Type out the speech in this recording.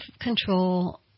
control